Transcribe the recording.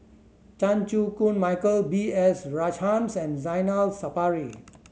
Chan Chew Koon Michael B S Rajhans and Zainal Sapari